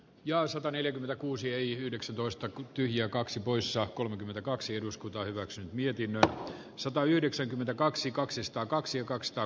jaa sataneljäkymmentäkuusi eli yhdeksäntoista kotiin ja kaksi poissa kolmekymmentäkaksi eduskunta hyväksyi mietinnö kannatan ed